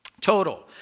total